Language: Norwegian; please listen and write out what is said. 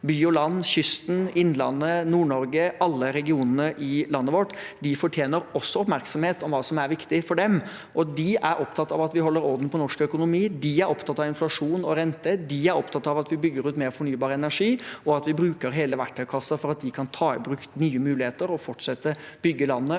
by og land, ved kysten, i Innlandet, i Nord-Norge og alle regionene i landet vårt – at de også fortjener oppmerksomhet om hva som er viktig for dem. De er opptatt av at vi holder orden på norsk økonomi, de er opptatt av inflasjon og renter, de er opptatt av at vi bygger ut mer fornybar energi, og at vi bruker hele verktøykassen for at de kan ta i bruk nye muligheter og fortsette å bygge landet